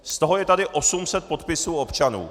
Z toho je tady 800 podpisů občanů.